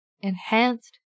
Enhanced